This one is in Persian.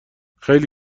خیلی